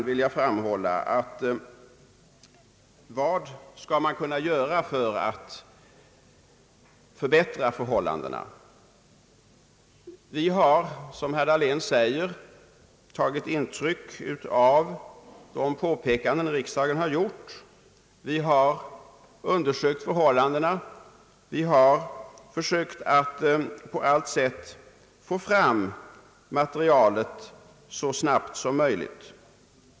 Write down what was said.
Vad kan man göra för att förbättra förhållandena? Vi har, som herr Dahlén nämnde, tagit intryck av de påpekanden riksdagen har gjort. Vi har undersökt förhållandena och på allt sätt för sökt få fram materialet så snabbt som möjligt.